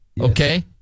Okay